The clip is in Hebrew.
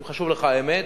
אם חשובה לך האמת,